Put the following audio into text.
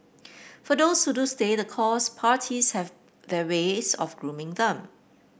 for those who do stay the course parties have their ways of grooming them